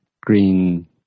green